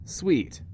sweet